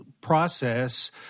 process